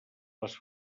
les